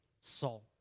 Saul